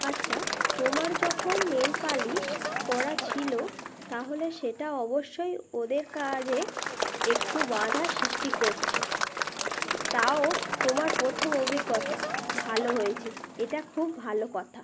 আচ্ছা তোমার যখন নেল পালিশ পরা ছিলো তাহলে সেটা অবশ্যই ওদের কাজে একটু বাঁধা সৃষ্টি করছে তাও তোমার প্রথম অভিজ্ঞতা ভালো হয়েছে এটা খুব ভালো কথা